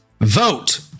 vote